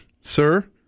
sir